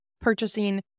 purchasing